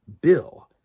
bill